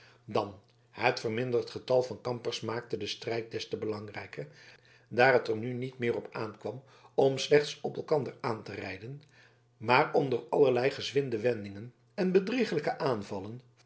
dan het verminderd getal van kampers maakte den strijd des te belangrijker daar het er nu niet meer op aankwam om slechts op elkander aan te rijden maar om door allerlei gezwinde wendingen en bedrieglijke aanvallen